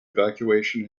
evacuation